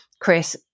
Chris